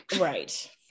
Right